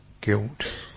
guilt